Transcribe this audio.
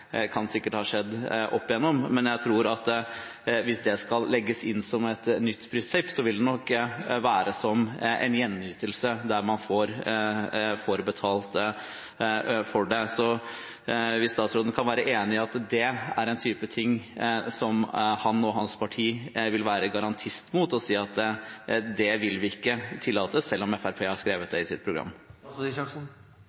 skal legges inn som et nytt prinsipp, vil det nok være som en gjenytelse der man får betalt for det. Kan statsråden være enig i at det er en type ting som han og hans parti vil være garantist mot, og kan han si at det vil vi ikke tillate selv om Fremskrittspartiet har skrevet